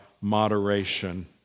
moderation